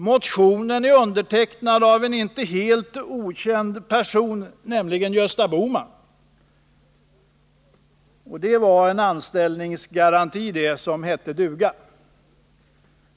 Motionen är undertecknad av en inte helt okänd person, nämligen Gösta Bohman. Det här är en anställningsgaranti som heter duga.